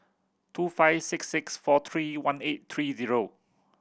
two five six six four three one eight three zero